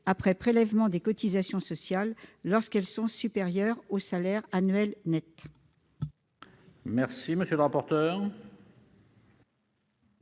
après prélèvement des cotisations sociales, lorsqu'elles sont supérieures au salaire annuel net. Quel est l'avis de